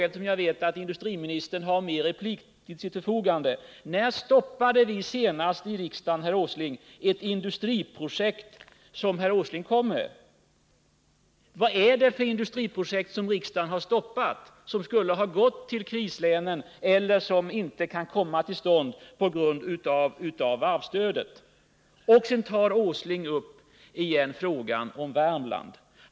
Eftersom jag vet att industriministern har flera repliker till sitt förfogande vill jag upprepa min fråga: När stoppade vi senast i riksdagen, herr Åsling, ett industriprojekt som herr Åsling föreslog? Vad är det för industriprojekt som riksdagen har stoppat och som skulle ha gått till krislänen eller som inte kan komma till stånd på grund av varvsstödet? Nils Åsling tog igen upp frågan om Värmland.